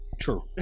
True